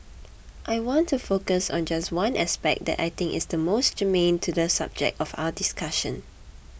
I want to focus on just one aspect that I think is the most germane to the subject of our discussion